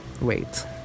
Wait